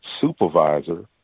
supervisor